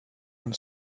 and